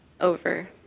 over